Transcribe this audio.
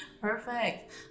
Perfect